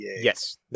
Yes